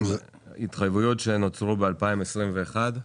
אלה התחייבות שנוצרו ב-2021?